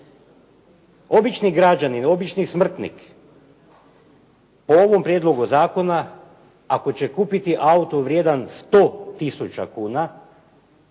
Obični građanin, obični smrtnik po ovom prijedlogu zakon, ako će kupiti auto vrijedan 100 tisuća kuna,